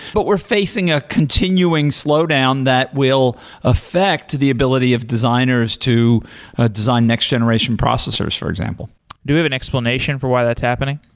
but we're facing a continuing slowdown that will affect the ability of designers to ah design next generation processors, for example do we have an explanation for why that's happening?